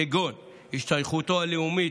כגון השתייכותו הלאומית,